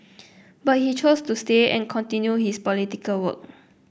but he chose to stay and continue his political work